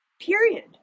period